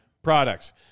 products